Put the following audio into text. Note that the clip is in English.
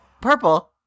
Purple